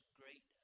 great